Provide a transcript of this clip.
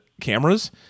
cameras